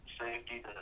Safety